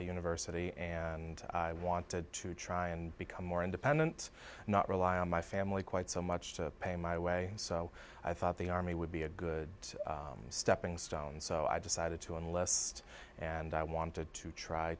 university and i wanted to try and become more independent not rely on my family quite so much to pay my way so i thought the army would be a good stepping stone so i decided to enlist and i wanted to try